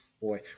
boy